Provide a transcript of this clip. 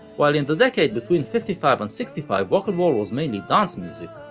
while in the decade between fifty five and sixty five rock'n'roll was mainly dance music,